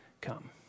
come